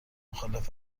مخالفت